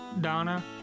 Donna